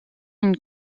une